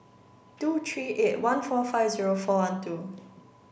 tow three eight one four five zero four one two